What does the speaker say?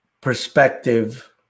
perspective